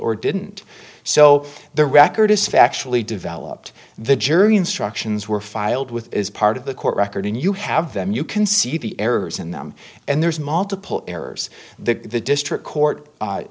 or didn't so the record is factually developed the jury instructions were filed with as part of the court record and you have them you can see the errors in them and there's multiple errors that the district court